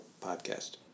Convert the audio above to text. podcast